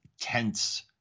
tense